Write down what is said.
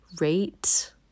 rate